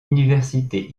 université